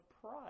pride